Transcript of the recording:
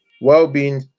Well-being